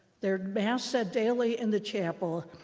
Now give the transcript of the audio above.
they're mass set daily in the chapel.